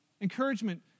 Encouragement